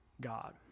God